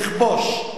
לכבוש,